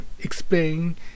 explain